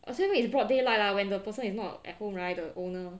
assume it's broad daylight lah when the person is not at home right the owner